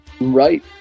right